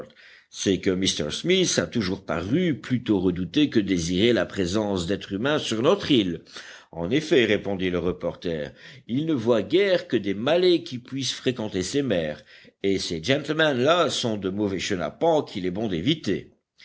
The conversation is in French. c'est que m smith a toujours paru plutôt redouter que désirer la présence d'êtres humains sur notre île en effet répondit le reporter il ne voit guère que des malais qui puissent fréquenter ces mers et ces gentlemen là sont de mauvais chenapans qu'il est bon d'éviter